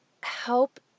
help